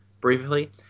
briefly